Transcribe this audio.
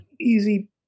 easy